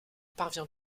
parvient